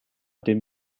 dem